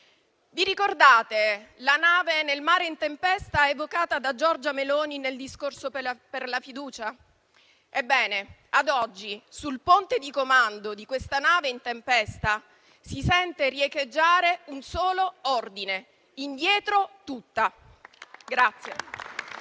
vi ricordate la nave nel mare in tempesta evocata da Giorgia Meloni nel discorso per la fiducia? Ebbene, ad oggi, sul ponte di comando di questa nave in tempesta si sente riecheggiare un solo ordine: indietro tutta!